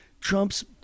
Trump's